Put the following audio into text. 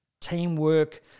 teamwork